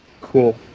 Cool